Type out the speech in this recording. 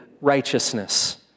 righteousness